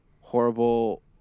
horrible